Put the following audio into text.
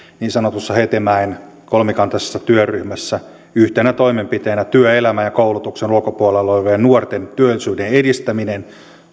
niin sanotussa hetemäen kolmikantaisessa työryhmässä yhtenä toimenpiteenä työelämän ja koulutuksen ulkopuolella olevien nuorten työllisyyden edistäminen